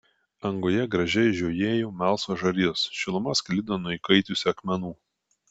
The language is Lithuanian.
angoje gražiai žiojėjo melsvos žarijos šiluma sklido nuo įkaitusių akmenų